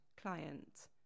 client